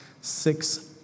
six